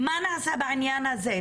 מה נעשה בעניין הזה?